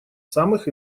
самых